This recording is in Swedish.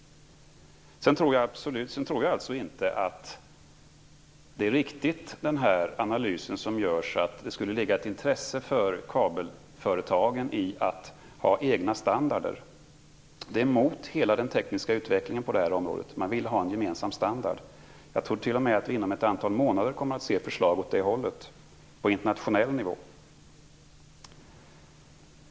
Jag tror inte att den analys som görs är riktig, nämligen att det skulle ligga i kabelföretagens intresse att ha egna standarder. Det strider mot hela den tekniska utvecklingen på området. Man vill ha en gemensam standard. Jag tror t.o.m. att vi inom ett antal månader får se förslag åt det hållet på internationell nivå.